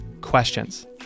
questions